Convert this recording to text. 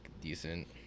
decent